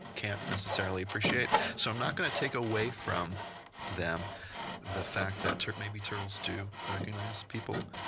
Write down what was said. can't necessarily appreciate. so i'm not going to take away from them the fact that maybe turtles do recognize people,